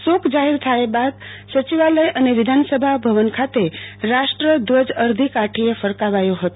શોક જાહેર થાય બાદ સચિવાલય અને વિધાનસભા ભવન ખાતે રાષ્ટ્ર ધ્વજ અર્ધી કાઠી એ ફરકાવાયો હતો